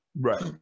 Right